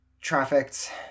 trafficked